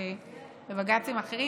ובג"צים אחרים.